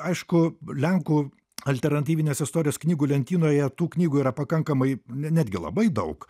aišku lenkų alternatyvinės istorijos knygų lentynoje tų knygų yra pakankamai netgi labai daug